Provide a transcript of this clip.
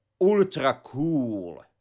ultra-cool